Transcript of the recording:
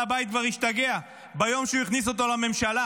הבית כבר השתגע ביום שבו הוא הכניס אותו לממשלה.